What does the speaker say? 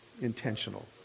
intentional